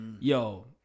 yo